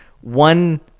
one